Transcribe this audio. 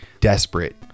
desperate